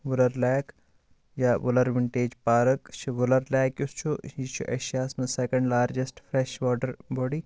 Wular lake یا Wular vintage park چھِ Wular lake یُس چھُ یہِ چھُ ایشاہس منٛز second largest fresh water body